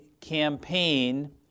campaign